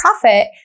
profit